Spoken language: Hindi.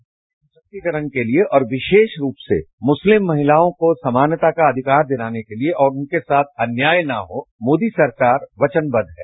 महिलाओं के सशाक्तिकरण के लिए और विरोष रूप से मुस्लिम महिलाओं को समानता का अधिकार दिलाने के लिए और उनके साथ अन्याय न हो मोदी सरकार वचनबद्ध है